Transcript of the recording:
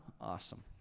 Awesome